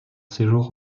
séjour